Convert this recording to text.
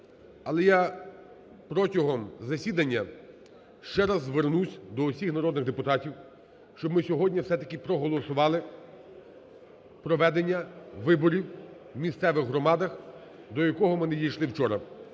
Але я протягом засідання ще раз звернусь до всіх народних депутатів, щоб ми сьогодні все-таки проголосували проведення виборів у місцевих громадах, до якого ми не дійшли вчора.